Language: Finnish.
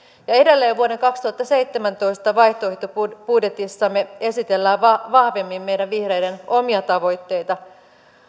ja edelleen vuoden kaksituhattaseitsemäntoista vaihtoehtobudjetissamme esitellään vahvemmin meidän vihreiden omia tavoitteita